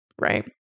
right